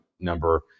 number